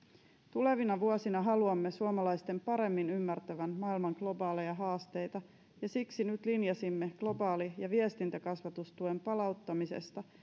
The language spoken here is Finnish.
tulevina vuosina haluamme suomalaisten paremmin ymmärtävän maailman globaaleja haasteita ja siksi nyt linjasimme globaali ja viestintäkasvatustuen palauttamisesta